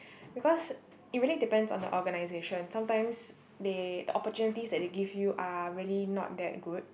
because it really depends on the organisation sometimes they the opportunities that they give you are really not that good